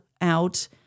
out